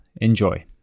Enjoy